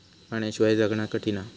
पाण्याशिवाय जगना कठीन हा